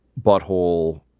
Butthole